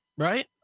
Right